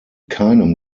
keinem